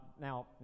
now